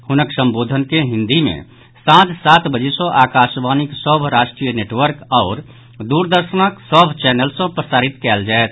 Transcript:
हुनक संबोधन के हिन्दी मे सांझ सात बजे सँ आकाशवाणीक सभ राष्ट्रीय नेटवर्क आओर दूरदर्शनक सभ चैनल सँ प्रसारित कयल जायत